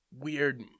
weird